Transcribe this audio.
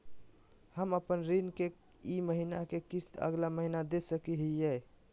हम अपन ऋण के ई महीना के किस्त अगला महीना दे सकी हियई?